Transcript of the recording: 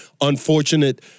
unfortunate